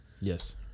Yes